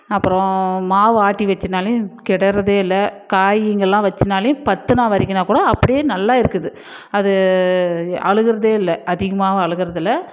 அப்பறம் மாவு ஆட்டி வச்சேனாலே கெடறது இல்லை காய்ங்கலாம் வச்சோனாலே பத்துநாள் வரைக்கும்னா கூட அப்படியே நல்லா இருக்குது அது அழுகுவதே இல்லை அதிகமாவும் அழுகுவதில்ல